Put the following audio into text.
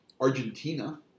Argentina